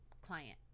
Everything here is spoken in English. client